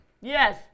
Yes